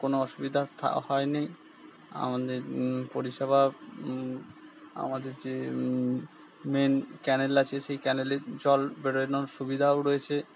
কোনো অসুবিধা হয়নি আমাদের পরিষেবা আমাদের যে মেন ক্যানেল আছে সেই ক্যানেলের জল বেরোনোর সুবিধাও রয়েছে